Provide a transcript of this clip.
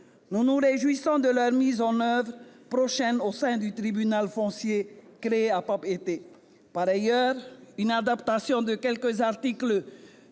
Nous nous réjouissons de leur mise en oeuvre prochaine au sein du tribunal foncier créé à Papeete. Par ailleurs, une adaptation de quelques articles